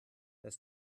das